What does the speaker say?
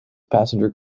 passenger